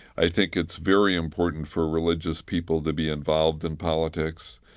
i think it's very important for religious people to be involved in politics,